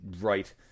Right